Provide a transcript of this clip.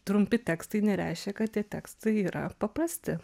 trumpi tekstai nereiškia kad tie tekstai yra paprasti